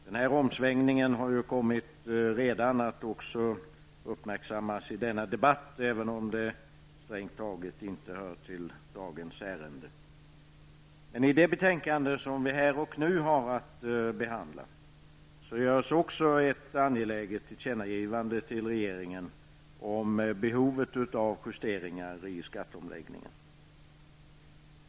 Den här omsvängningen har också kommit att uppmärksammas i denna debatt, även om saken strängt taget inte hör till dagens ärende. I det betänkande som vi här och nu har att behandla görs också ett angeläget tillkännagivande till regeringen om behovet av justeringar i skatteomläggningen.